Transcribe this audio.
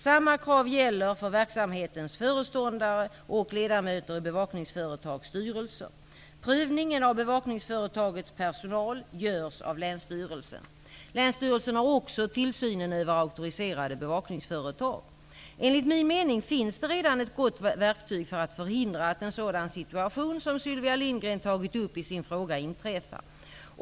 Samma krav gäller för verksamhetens föreståndare och ledamöter i bevakningsföretags styrelser. Prövningen av bevakningsföretagets personal görs av länsstyrelsen. Länsstyrelsen har också tillsynen över auktoriserade bevakningsföretag. Enligt min mening finns det redan ett gott verktyg för att förhindra att en sådan situation som Sylvia Lindgren tagit upp i sin fråga inträffar.